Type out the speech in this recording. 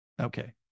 Okay